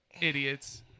idiots